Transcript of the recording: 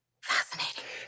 fascinating